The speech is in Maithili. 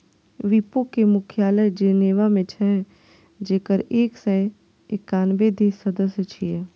विपो के मुख्यालय जेनेवा मे छै, जेकर एक सय एकानबे देश सदस्य छियै